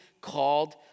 called